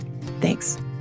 Thanks